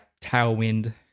Tailwind